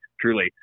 truly